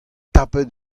tapet